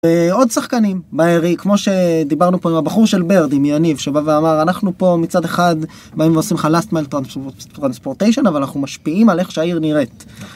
עוד שחקנים מהירי כמו שדיברנו פה עם הבחור של ברדים יניב שבא ואמר אנחנו פה מצד אחד מהם עושים חלסטמן טרנספורטיישן אבל אנחנו משפיעים על איך שהעיר נראית.